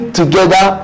together